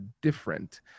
different